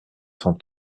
cent